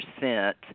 percent